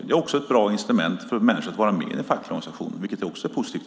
Det är också ett bra incitament för att vara med i fackliga organisationer, vilket också är positivt.